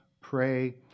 pray